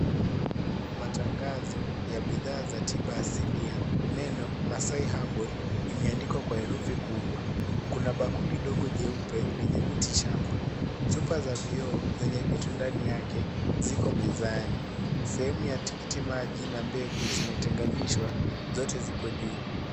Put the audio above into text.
Matangazo ya bidhaa za tiba asilia neno Maasai Herbal imeandikwa kwa herufi kubwa kuna bakuli dogo jeupe lenye miti shamba chupa za vioo zenye vitu ndani yake ziko mezani sehemu ya tikiti maji na mbegu zimetenganishwa na zote zipo juu.